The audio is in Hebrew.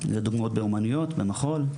אלה דוגמאות באומנויות ובמחול.